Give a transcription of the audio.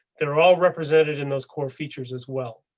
there are all represented in those core features as well.